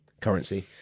currency